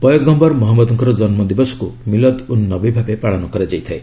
ପୟଗମ୍ଘର୍ ମହମ୍ମଦଙ୍କର ଜନ୍ମ ଦିବସକୁ ମିଲଦ୍ ଉନ୍ ନବୀ ଭାବେ ପାଳନ କରାଯାଇଥାଏ